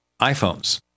iPhones